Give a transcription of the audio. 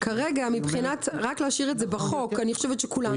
כרגע להשאיר את זה בחוק, אני חושבת שכולם -- אם